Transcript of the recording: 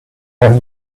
him